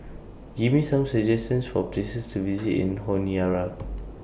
Give Me Some suggestions For Places to visit in Honiara